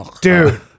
Dude